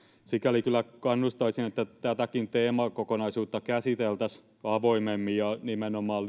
sikäli kyllä kannustaisin että tätäkin teemakokonaisuutta käsiteltäisiin avoimemmin ja nimenomaan